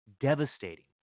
devastating